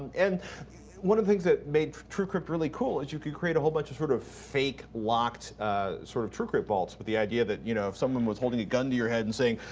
and one of the things that made truecrypt really cool is you could create a whole bunch of sort of fake locked sort of truecrypt vaults with the idea that you know if someone was holding a gun to your head and saying,